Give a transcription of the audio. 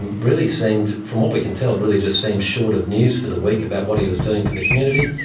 and really seemed, from what we can tell, really just seemed short of news for the week about what he was doing for the community,